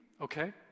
okay